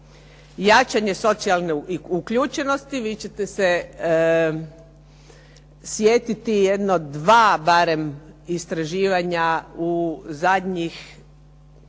jačanje socijalne uključenosti. Vi ćete se sjetiti jedno dva barem istraživanja u zadnjih